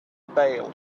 bail